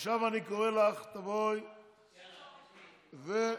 עכשיו אני קורא לחברת הכנסת מיכל רוזין, בבקשה.